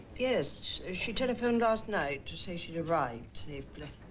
yes she telephoned last night to say she'd arrived safely.